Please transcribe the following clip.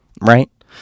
right